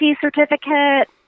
certificate